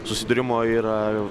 susidūrimo yra